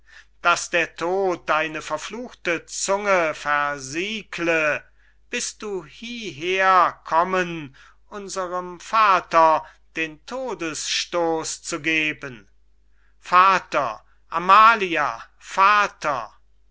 daß der tod deine verfluchte zunge versiegle bist du hieher kommen unserem vater den todesstos zu geben vater amalia vater